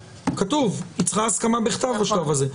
כתוב: היא צריכה הסכמה בכתב בשלב הזה.